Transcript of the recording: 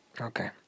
Okay